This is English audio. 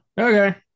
Okay